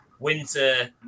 Winter